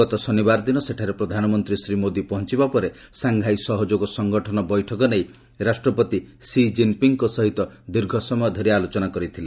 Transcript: ଗତ ଶନିବାର ଦିନ ସେଠାରେ ପ୍ରଧାନମନ୍ତ୍ରୀ ଶ୍ରୀ ମୋଦି ପହଞ୍ଚିବା ପରେ ସାଂଘାଇ ସହଯୋଗ ସଂଗଠନ ବୈଠକ ନେଇ ରାଷ୍ଟ୍ରପତି ସି ଜିନ୍ ପିଙ୍ଗ୍ଙ୍କ ସହିତ ଦୀର୍ଘସମୟ ଧରି ଆଲୋଚନା କରିଥିଲେ